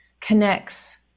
connects